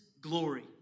glory